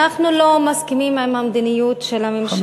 אנחנו לא מסכימים עם המדיניות של הממשלה,